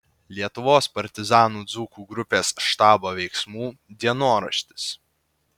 lietuvos partizanų dzūkų grupės štabo veiksmų dienoraštis